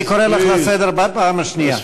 אני קורא אותך לסדר בפעם השנייה.